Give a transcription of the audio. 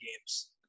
games